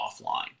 offline